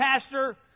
Pastor